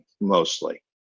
Mostly